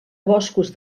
boscos